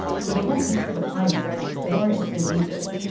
so they weren't used to the climate or its diseases.